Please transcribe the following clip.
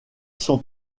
sont